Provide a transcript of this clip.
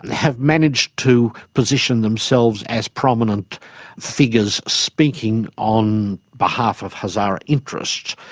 have managed to position themselves as prominent figures speaking on behalf of hazara interests.